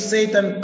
Satan